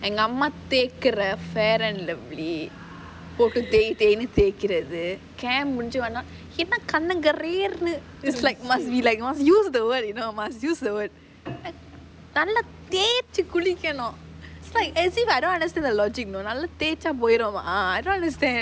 நம்ம தேய்க்கிற:namma theikira fair and lovely போடு தேய் தேய்னு தேய்கிறது முடிஞ்சி வரது என்ன கண்ணன் காரரேல்னு:potu thei theinu theikirathu mudinji varathu enna kannan kaararelnu is like must be like must use the word you know must use the word நல்லா தேச்சி குளிக்கணும்:nalla theachi kulikanum I don't understand the logic you know நல்லா தேய்ச்சா போய்டுமா:nallaa theichaa poidumaa I don't understand